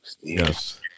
Yes